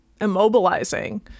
immobilizing